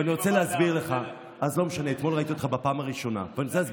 אתמול לא הייתי בוועדה המסדרת.